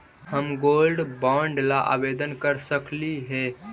हम gold bond ला आवेदन कर सकली हे?